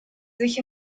sich